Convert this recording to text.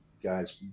guys